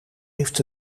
heeft